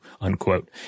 unquote